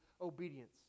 obedience